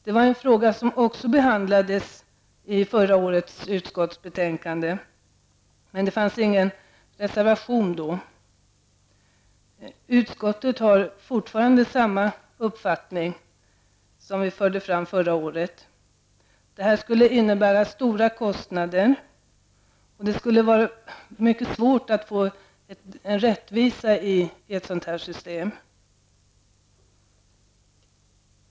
Även den frågan behandlades i förra årets utskottsbetänkande, men då förelåg ingen reservation. Utskottet har samma uppfattning i frågan som förra året, nämligen att ett genomförande av förslaget skulle medföra stora kostnader och att det skulle vara mycket svårt att få rättvisa i ett sådant system.